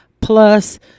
plus